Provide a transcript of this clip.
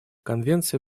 конвенция